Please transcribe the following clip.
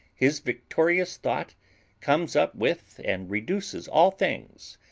his victorious thought comes up with and reduces all things,